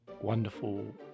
Wonderful